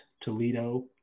Toledo